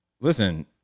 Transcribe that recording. listen